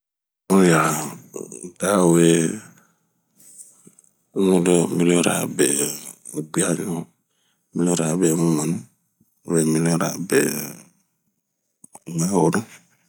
zun yaa dawe miriora be bwiaɲu, miriorabe mwugwɛnu, miriorabe mwugwɛhonu